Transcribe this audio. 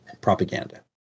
Propaganda